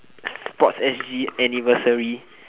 sports s_g anniversary